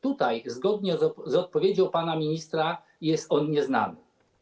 Tutaj, zgodnie z odpowiedzią pana ministra, jest on nieznany.